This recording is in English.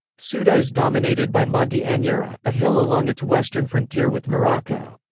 ceuta is dominated by monte anyera, a hill along its western frontier with morocco.